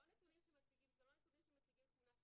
זה לא נתונים שמציגים תמונה שלמה.